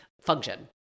function